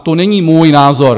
To není můj názor.